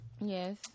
Yes